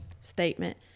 statement